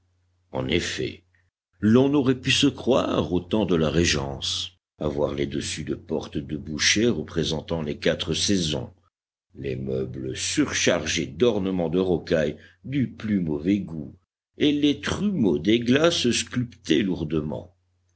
en effet l'on aurait pu se croire au temps de la régence à voir les dessus de porte de boucher représentant les quatre saisons les meubles surchargés d'ornements de rocaille du plus mauvais goût et les trumeaux des glaces sculptés lourdement